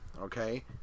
Okay